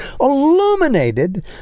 illuminated